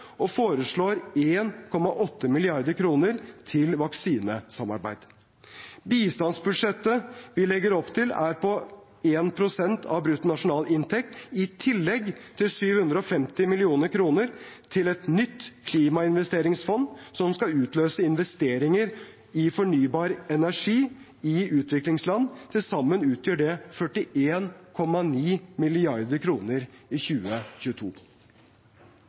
til vaksinesamarbeid. Bistandsbudsjettet vi legger opp til, er på 1 pst. av bruttonasjonalinntekt, i tillegg til 750 mill. kr til et nytt klimainvesteringsfond som skal utløse investeringer i fornybar energi i utviklingsland. Til sammen utgjør det 41,9 mrd. kr i 2022.